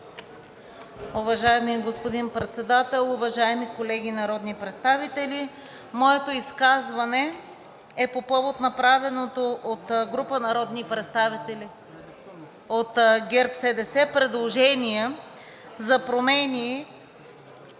Уважаеми господин Председател, уважаеми колеги народни представители! Моето изказване е по повод направеното от група народни представители от ГЕРБ-СДС предложение за промени